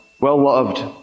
well-loved